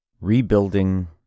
Rebuilding